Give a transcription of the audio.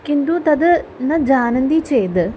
किन्तु तत् न जानन्ति चेत्